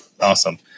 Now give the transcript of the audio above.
Awesome